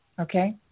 okay